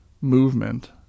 movement